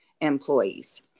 employees